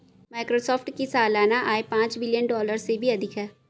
Microsoft की सालाना आय पांच बिलियन डॉलर से भी अधिक है